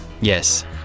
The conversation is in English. Yes